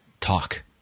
talk